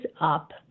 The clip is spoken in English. up